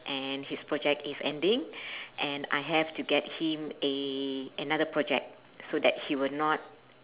and his project is ending and I have to get him a another project so that he will not